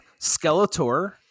Skeletor